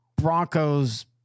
Broncos